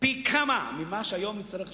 פי כמה ממה שהיום נצטרך לשלם.